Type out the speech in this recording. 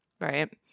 right